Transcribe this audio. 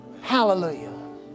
Hallelujah